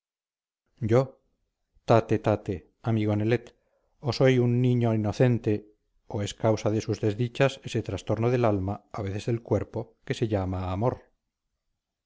yo tate tate amigo nelet o soy un niño inocente o es causa de sus desdichas ese trastorno del alma a veces del cuerpo que llaman amor